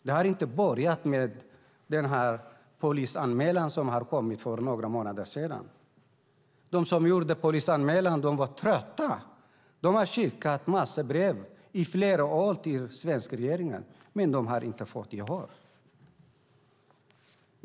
Det började inte med den polisanmälan som kom för några månader sedan. De som gjorde polisanmälan var trötta. De har skickat brev till den svenska regeringen i flera år, men de har inte fått något gehör.